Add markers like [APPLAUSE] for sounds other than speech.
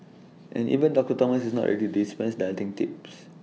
and even [NOISE] doctor Thomas is not ready to dispense dieting tips